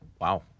Wow